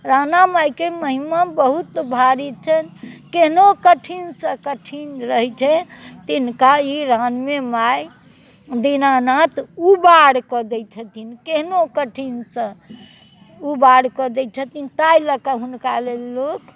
राणा माइके महिमा बहुत भाड़ी छनि केहनो कठिनसँ कठिन रहै तिनका ई राणे माइ दिनानाथ ऊबार कऽ दै छथिन केहनो कठिनसँ ऊबार कऽ दै छथिन ताहि लऽ कऽ हुनका लेल लोक